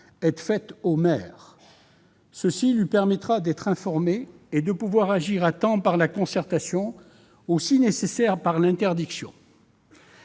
déclaration au maire. Cela lui permettra d'être informé et d'agir à temps, par la concertation ou, si nécessaire, par l'interdiction.